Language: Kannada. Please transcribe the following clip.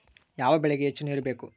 ಯಾವ ಬೆಳಿಗೆ ಹೆಚ್ಚು ನೇರು ಬೇಕು?